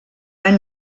any